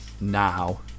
now